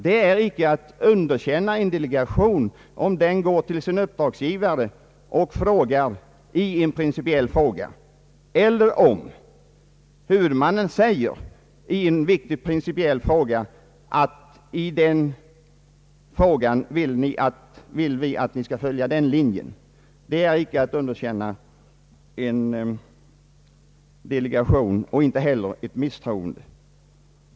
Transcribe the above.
Det är inte ett underkännande av en delegation om man låter den gå till sin uppdragsgivare i en principiell fråga eller om huvudmannen i en viktig principiell fråga säger att han vill att delegationen skall följa en viss linje. Detta är varken ett underkännande eller ett misstroende.